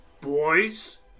boys